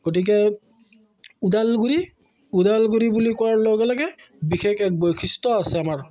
গতিকে ওদালগুৰি ওদালগুৰি বুলি কোৱাৰ লগে লগে বিশেষ এক বৈশিষ্ট্য আছে আমাৰ